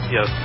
Yes